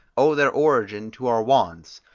owe their origin to our wants,